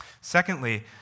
Secondly